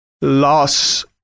loss